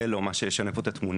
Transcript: זה לא מה שישנה פה את התמונה.